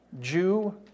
Jew